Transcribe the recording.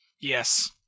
Yes